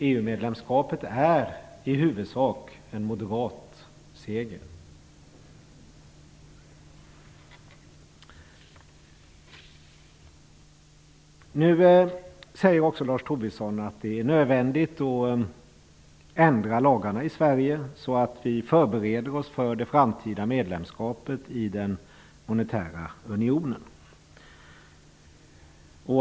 EU-medlemskapet är i huvudsak en moderat seger. Nu säger Lars Tobisson att det är nödvändigt att ändra lagarna i Sverige så att vi kan förbereda det framtida medlemskapet i den monetära unionen.